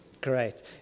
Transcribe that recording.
Great